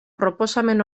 proposamen